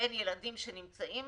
בין ילדים שנמצאים